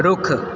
ਰੁੱਖ